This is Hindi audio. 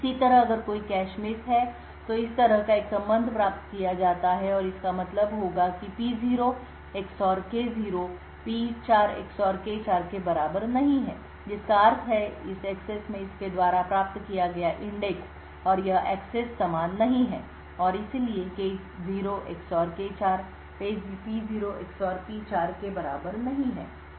इसी तरह अगर कोई कैश मिस है तो इस तरह का एक संबंध प्राप्त किया जाता है और इसका मतलब होगा कि P0 XOR K0 P4 XOR K4 के बराबर नहीं है जिसका अर्थ है कि इस एक्सेस में इसके द्वारा प्राप्त किया गया इंडेक्स और यह एक्सेस समान नहीं है और इसलिए K0 XOR K4 P0 XOR P4 के बराबर नहीं है